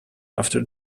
after